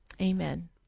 amen